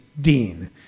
Dean